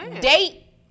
date